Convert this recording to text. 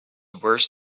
worse